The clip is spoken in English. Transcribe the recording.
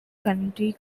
county